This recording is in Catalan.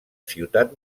ciutat